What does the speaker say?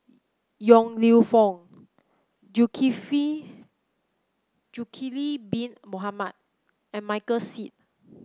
Yong Lew Foong Bin Mohamed and Michael Seet